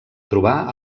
trobar